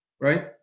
right